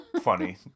funny